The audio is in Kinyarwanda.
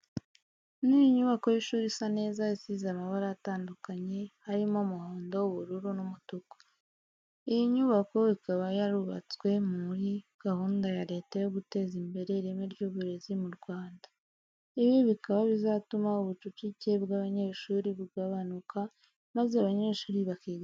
Ni inyubako y'ishuri isa neza isize amabara tandukanye arimo umuhondo, ubururu n'umutuku. Iyi nyubako ikaba yarubatswe mu muri gahunda ya Leta yo guteza imbere ireme ry'uburezi mu Rwanda. Ibi bikaba bizatuma ubucucike bw'abanyeshuri bugabanuka maze abanyeshuri bakiga neza.